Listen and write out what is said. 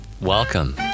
Welcome